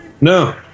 No